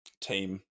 team